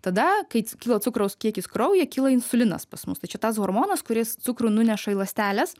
tada kai sukyla cukraus kiekis kraujyje kyla insulinas pas mus tai čia tas hormonas kuris cukrų nuneša į ląsteles